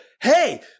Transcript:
Hey